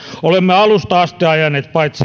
olemme alusta asti paitsi